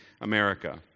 America